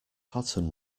cotton